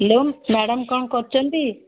hello madam କ'ଣ କରୁଛନ୍ତି